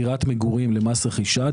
דירת מגורים למס רכישה,